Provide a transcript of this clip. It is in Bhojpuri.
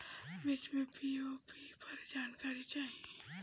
मिर्च मे पी.ओ.पी पर जानकारी चाही?